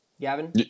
Gavin